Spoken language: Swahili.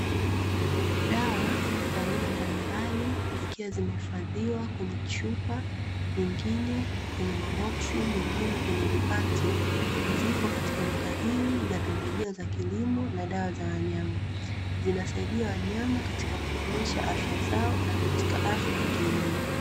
Dawa za aina mbalimbali zikiwa zimehifadhiwa kwenye chupa, nyingine kwenye maboksi, nyingine kwenye vipakti. Zipo katika duka hili la pembejeo za kilimo na dawa za wanyama. Zinasaidia wanyama katika kuboresha afya zao na katika afya ya kilimo.